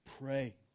Pray